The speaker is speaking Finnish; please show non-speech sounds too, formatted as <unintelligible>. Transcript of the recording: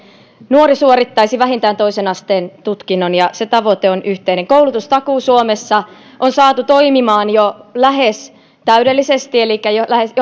nuori suorittaisi vähintään toisen asteen tutkinnon ja se tavoite on yhteinen koulutustakuu suomessa on saatu toimimaan jo lähes täydellisesti elikkä lähes <unintelligible>